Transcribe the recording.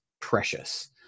precious